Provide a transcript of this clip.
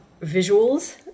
visuals